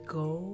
go